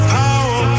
power